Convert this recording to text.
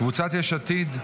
קבוצת יש עתיד,